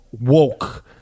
woke